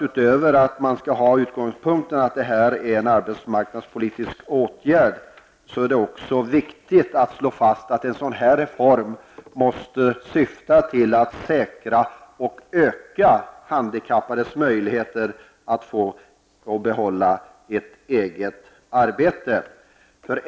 Utöver att man skall ha utgångspunkten att detta är en arbetsmarknadspolitisk åtgärd, är det också viktigt att slå fast att en sådan här reform måste syfta till att säkra och öka handikappades möjligheter att få och behålla ett eget arbete.